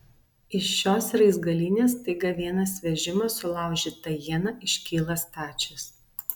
iš šios raizgalynės staiga vienas vežimas sulaužyta iena iškyla stačias